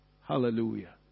Hallelujah